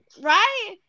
Right